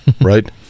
right